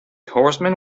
horseman